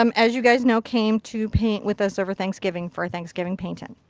um as you guys know, came to paint with us over thanksgiving, for a thanksgiving paint in.